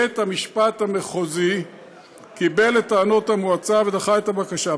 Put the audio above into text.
בית-המשפט המחוזי קיבל את טענות המועצה ודחה את הבקשה.